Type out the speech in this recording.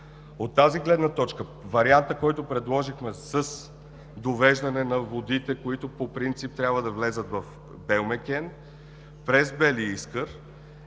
От тази гледна точка вариантът, който предложихме с довеждане на водите, които по принцип трябва да влязат в „Белмекен“ през „Бели Искър“,